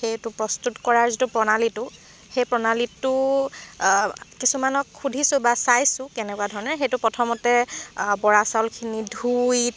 সেইটো প্ৰস্তুত কৰাৰ যিটো প্ৰণালীটো সেই প্ৰণালীটো কিছুমানক সুধিছোঁ বা চাইছোঁ কেনেকুৱা ধৰণেৰে সেইটো প্ৰথমতে বৰা চাউলখিনি ধুই